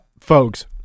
Folks